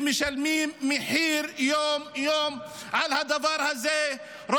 ומשלמים מחיר על הדבר הזה יום-יום.